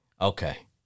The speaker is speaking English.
okay